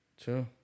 True